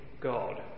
God